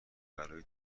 برای